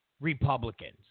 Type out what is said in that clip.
Republicans